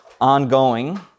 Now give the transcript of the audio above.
ongoing